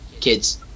kids